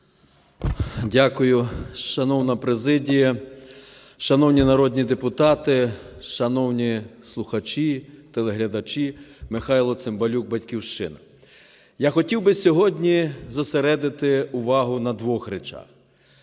Дякую. Шановна президія, шановні народні депутати, шановні слухачі, телеглядачі! Михайло Цимбалюк, "Батьківщина". Я хотів би сьогодні зосередити увагу на двох речах.